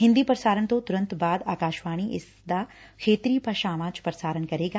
ਹਿੰਦੀ ਪ੍ਸਾਰਣ ਤੋ ਤੁਰੰਤ ਬਾਅਦ ਆਕਾਸ਼ਵਾਣੀ ਇਸ ਦਾ ਖੇਤਰੀ ਭਾਸ਼ਾਵਾਂ ਚ ਪੁਸਾਰਣ ਕਰੇਗਾ